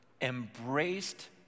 embraced